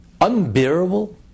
unbearable